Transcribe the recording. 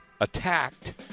attacked